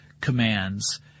commands